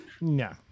No